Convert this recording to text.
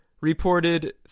reported